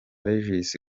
regis